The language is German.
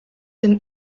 den